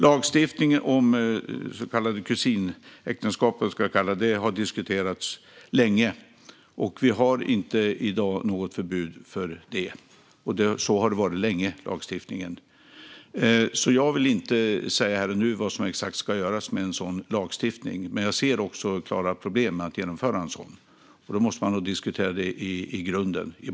Lagstiftning om så kallade kusinäktenskap har diskuterats länge. Vi har i dag inte något förbud mot detta. Så har lagstiftningen sett ut länge. Jag vill inte här och nu säga exakt vad som ska göras med en sådan lagstiftning. Jag ser också klara problem med att genomföra en sådan, och då måste man diskutera det i grunden.